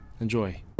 enjoy